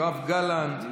יואב גלנט,